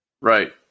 Right